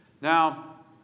Now